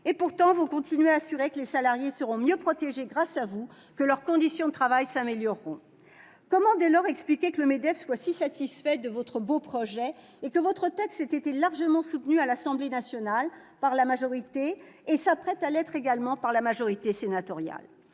Pourtant, vous continuez à assurer que les salariés seront mieux protégés grâce à vous, que leurs conditions de travail s'amélioreront. Comment, dès lors, expliquer que le MEDEF soit si satisfait de votre beau projet et que votre texte ait été largement soutenu par la majorité à l'Assemblée nationale, comme il va l'être également par la majorité sénatoriale ?